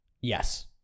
Yes